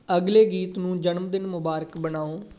ਅਗਲੇ ਗੀਤ ਨੂੰ ਜਨਮਦਿਨ ਮੁਬਾਰਕ ਬਣਾਓ